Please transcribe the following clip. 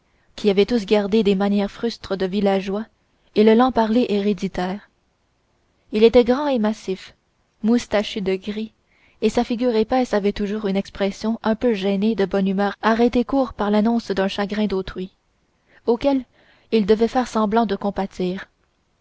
qui avaient tous gardé des manières frustes de villageois et le lent parler héréditaire il était grand et massif moustachu de gris et sa figure épaisse avait toujours une expression un peu gênée de bonne humeur arrêtée court par l'annonce d'un chagrin d'autrui auquel il devait faire semblant de compatir